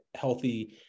healthy